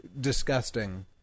disgusting